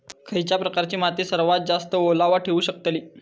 खयच्या प्रकारची माती सर्वात जास्त ओलावा ठेवू शकतली?